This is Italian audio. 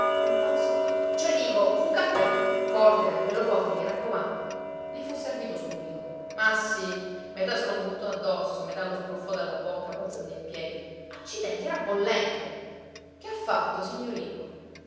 un fazzole cioè dico un caffè forte bello forte mi raccomando gli fu servito subito ma sì metà se lo buttò addosso metà lo sbruffò dalla bocca balzando in piedi accidenti era bollente che ha fatto signorino